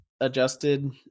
adjusted